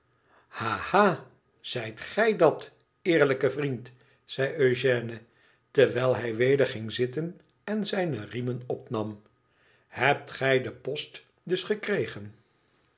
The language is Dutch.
ha ha zijtgijdat eerlijke vriend zei eugène terwijl hij weder ging zitten en zijne riemen opnam i hebt gij den post dus gekregen